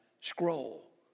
scroll